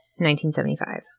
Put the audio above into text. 1975